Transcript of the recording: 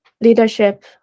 leadership